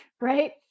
Right